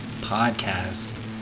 podcast